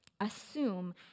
Assume